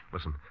Listen